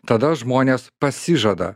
tada žmonės pasižada